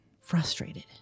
Frustrated